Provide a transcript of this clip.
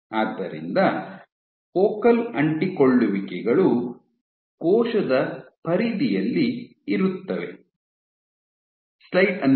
ಆದ್ದರಿಂದ ಸಮಯ ನೋಡಿ 0207 ಈ ಫೋಕಲ್ ಅಂಟಿಕೊಳ್ಳುವಿಕೆಗಳು ಕೋಶದ ಪರಿಧಿಯಲ್ಲಿ ಇರುತ್ತವೆ